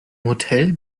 hotel